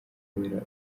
kubera